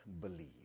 believe